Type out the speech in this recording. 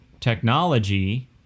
technology